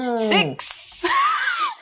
Six